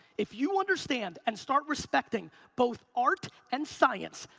if you understand and start respecting both art and science,